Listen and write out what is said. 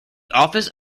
office